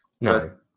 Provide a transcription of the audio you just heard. no